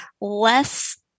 less